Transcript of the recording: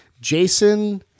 Jason